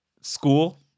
school